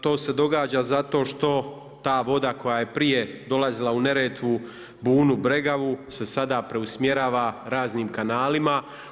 To se događa zato što ta voda koja je prije dolazila u Neretvu, u Bunu, Bregavu se sada preusmjerava raznim kanalima.